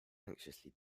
anxiously